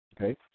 okay